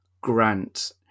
grant